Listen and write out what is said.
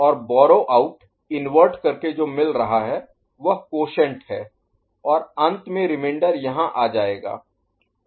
और borrow out invert करके जो मिल रहा है वह क्वॉशैंट है और अंत में रिमेंडर यहां आ जायेगा